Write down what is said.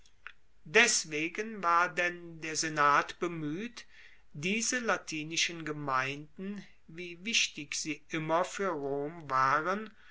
deswegen war denn der senat bemueht diese latinischen gemeinden wie wichtig sie immer fuer rom waren